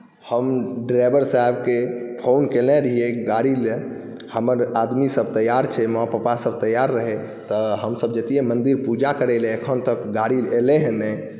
हम ड्राइवर साहबके फोन केने रहियै गाड़ीले हमर आदमीसभ तैयार छै माँ पापासभ तैयार रहै तऽ हमसभ जैतियै मन्दिर पूजा करै लेल एखन तक गाड़ी एलै हे नहि